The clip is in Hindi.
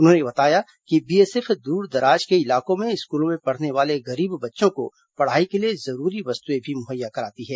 उन्होंने बताया कि बीएसएफ दूरदराज के इलाकों में स्कूलों में पढ़ने वाले गरीब बच्चों को पढ़ाई के लिए जरूरी वस्तुएं भी मुहैया कराती है